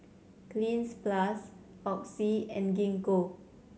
Cleanz Plus Oxy and Gingko